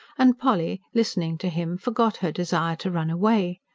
and polly, listening to him, forgot her desire to run away.